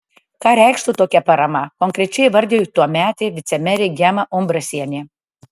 ką reikštų tokia parama konkrečiai įvardijo tuometė vicemerė gema umbrasienė